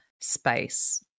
space